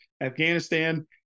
Afghanistan